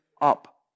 up